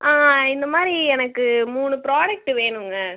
இந்தமாதிரி எனக்கு மூணு ப்ராடெக்ட்டு வேணுங்க